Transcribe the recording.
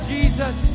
Jesus